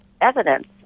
evidence